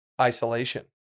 isolation